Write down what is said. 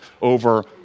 over